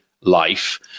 life